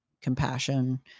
compassion